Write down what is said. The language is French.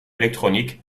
électroniques